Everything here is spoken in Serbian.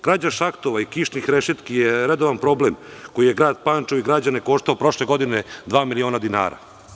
Krađa šahtova i kišnih rešetki je redovan problem koji je grad Pančevo i građane koštao prošle godine dva miliona dinara.